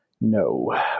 No